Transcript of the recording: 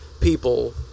people